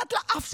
מתחת לאף שלנו,